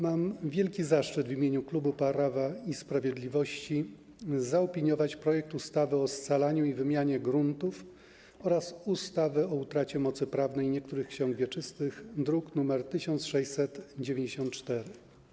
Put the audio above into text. Mam wielki zaszczyt w imieniu klubu Prawa i Sprawiedliwości zaopiniować projekt ustawy o zmianie ustawy o scalaniu i wymianie gruntów oraz ustawy o utracie mocy prawnej niektórych ksiąg wieczystych, druk nr 1694.